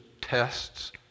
tests